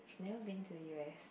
never been to u_s